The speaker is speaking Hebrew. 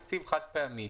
תקציב חד פעמי.